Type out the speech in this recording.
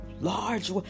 large